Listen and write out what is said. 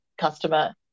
customer